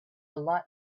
lot